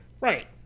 right